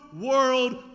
world